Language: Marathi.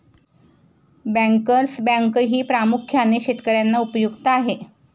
बँकर्स बँकही प्रामुख्याने शेतकर्यांना उपयुक्त आहे